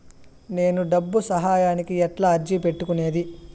నేను డబ్బు సహాయానికి ఎట్లా అర్జీ పెట్టుకునేది?